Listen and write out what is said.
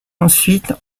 ensuite